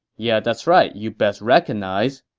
yeah, that's right you best recognize.